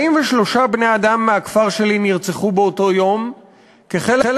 43 בני-אדם מהכפר שלי נרצחו באותו היום כחלק